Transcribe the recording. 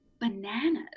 bananas